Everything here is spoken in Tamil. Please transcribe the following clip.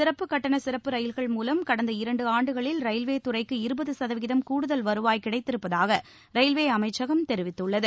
சிறப்பு கட்டண சிறப்பு ரயில்கள் மூலம் கடந்த இரண்டு ஆண்டுகளில் ரயில்வே துறைக்கு இருபது சதவீதம் கூடுதல் வருவாய் கிடைத்திருப்பதாக ரயில்வே அமைச்சகம் தெரிவித்துள்ளது